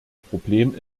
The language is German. problem